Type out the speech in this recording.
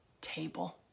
table